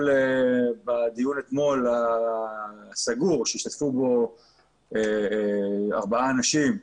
בדיון הסגור אתמול, שהשתתפו בו ארבעה אנשים,